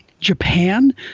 Japan